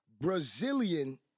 Brazilian